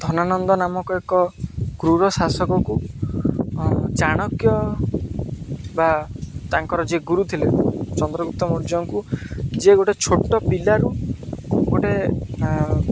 ଧନାନନ୍ଦ ନାମକ ଏକ କ୍ରୁର ଶାସକଙ୍କୁ ଚାଣକ୍ୟ ବା ତାଙ୍କର ଯିଏ ଗୁରୁ ଥିଲେ ଚନ୍ଦ୍ରଗୁପ୍ତ ମୌର୍ଯ୍ୟଙ୍କୁ ଯିଏ ଗୋଟେ ଛୋଟ ପିଲାରୁ ଗୋଟେ